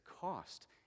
cost